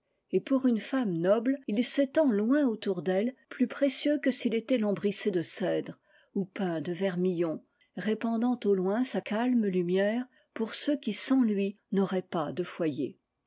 et pour une femme noble il s'étend loin autour d'elle plus précieux que s'il était lambrissé de cèdre r ou peint de vermillon répandant au loin sa calme lumière pour ceux qui sans lui n'auraient pas de foyer